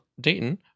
dayton